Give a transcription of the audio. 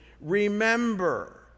Remember